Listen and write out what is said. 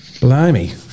Blimey